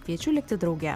kviečiu likti drauge